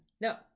No